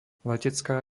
letecká